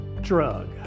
drug